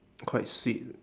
quite sweet